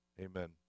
Amen